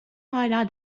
hâlâ